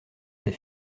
ses